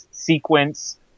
sequence